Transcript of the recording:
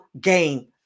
game